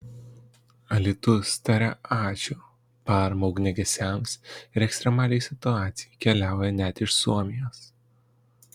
alytus taria ačiū parama ugniagesiams ir ekstremaliai situacijai keliauja net iš suomijos